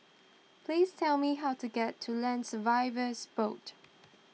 please tell me how to get to Land Surveyors Board